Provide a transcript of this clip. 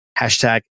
Hashtag